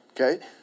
okay